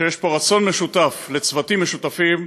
שיש פה רצון משותף לצוותים משותפים.